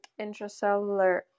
intracellular